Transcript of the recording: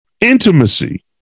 intimacy